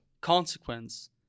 consequence